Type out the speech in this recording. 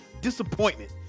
disappointment